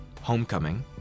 Homecoming